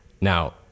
Now